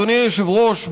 אדוני היושב-ראש,